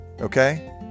Okay